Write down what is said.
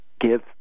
give